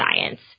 science